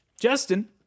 justin